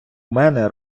мене